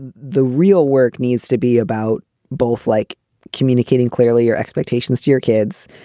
and the real work needs to be about both, like communicating clearly your expectations to your kids,